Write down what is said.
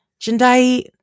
Jindai